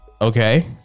okay